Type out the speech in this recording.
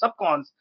subcons